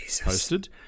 posted